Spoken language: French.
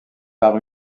par